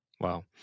Wow